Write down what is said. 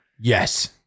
Yes